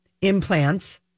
Implants